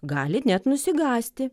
gali net nusigąsti